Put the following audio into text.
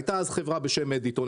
הייתה אז חברה בשם מדיטון,